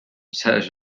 سرش